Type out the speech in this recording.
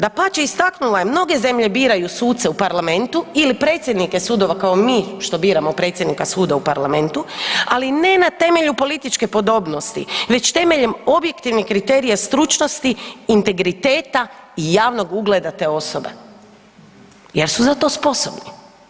Dapače, istaknula je, mnoge zemlje biraju suce u parlamentu ili predsjednike sudova, kao mi što biramo predsjednika suda u parlamentu, ali ne na temelju političke podobnosti već temeljem objektivnih kriterija stručnosti, integriteta i javnog ugleda te osobe jer su za to sposobni.